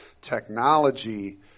Technology